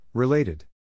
Related